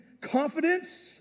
confidence